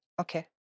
Okay